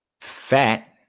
Fat